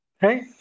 Hey